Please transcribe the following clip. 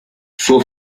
suo